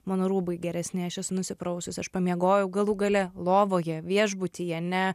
mano rūbai geresni aš esu nusiprausus aš pamiegojau galų gale lovoje viešbutyje ne